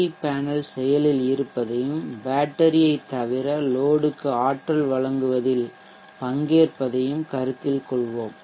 we panel செயலில் இருப்பதையும் பேட்டரியைத் தவிர லோட்க்கு ஆற்றலை வழங்குவதில் பங்கேற்பதையும் கருத்தில் கொள்வோம்